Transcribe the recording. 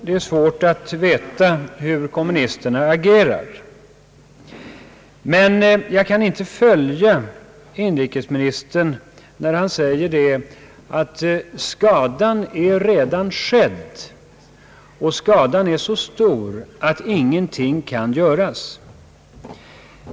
Det är svårt att veta hur kommunisterna agerar. Jag kan emellertid inte följa inrikesministern när han säger att skadan redan har skett och att den är så stor att intet kan göras.